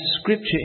scripture